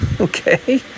okay